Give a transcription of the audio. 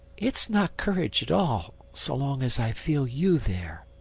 it's not courage at all, so long as i feel you there.